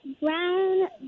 brown